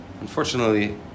Unfortunately